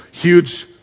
Huge